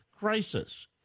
crisis